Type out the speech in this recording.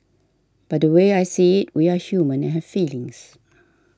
but the way I see it we are human and have feelings